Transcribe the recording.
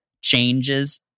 changes